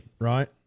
Right